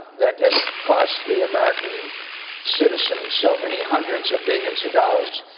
that have cost the american citizen so many hundreds of billions of dollars.